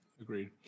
Agreed